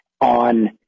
on